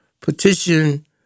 petition